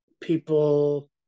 people